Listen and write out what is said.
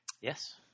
Yes